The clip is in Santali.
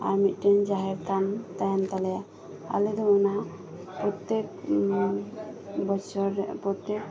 ᱟᱨ ᱢᱤᱜᱴᱮᱱ ᱡᱟᱦᱮᱨ ᱛᱷᱟᱱ ᱛᱟᱦᱮᱱ ᱛᱟᱞᱮᱭᱟ ᱟᱞᱮᱫᱚ ᱚᱱᱟ ᱯᱨᱚᱛᱛᱮᱠ ᱵᱚᱪᱷᱚᱨ ᱨᱮ ᱯᱨᱚᱛᱛᱮᱠ